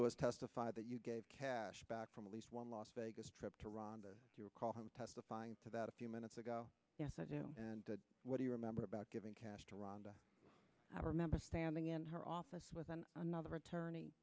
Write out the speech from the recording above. louis testified that you gave cash back from least one last vegas trip to rhonda your call home testifying to that a few minutes ago yes i do and what do you remember about giving cash to rhonda i remember standing in her office with one another attorney